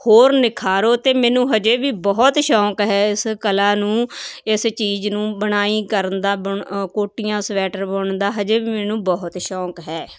ਹੋਰ ਨਿਖਾਰੋ ਅਤੇ ਮੈਨੂੰ ਹਜੇ ਵੀ ਬਹੁਤ ਸ਼ੌਂਕ ਹੈ ਇਸ ਕਲਾ ਨੂੰ ਇਸ ਚੀਜ਼ ਨੂੰ ਬੁਣਾਈ ਕਰਨ ਦਾ ਕੋਟੀਆਂ ਸਵੈਟਰ ਬਣਾਉਣ ਦਾ ਹਜੇ ਵੀ ਮੈਨੂੰ ਬਹੁਤ ਸ਼ੌਂਕ ਹੈ